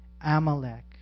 Amalek